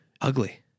ugly